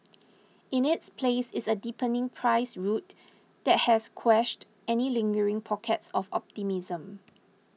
in its place is a deepening price route that has quashed any lingering pockets of optimism